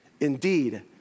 Indeed